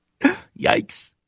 Yikes